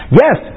yes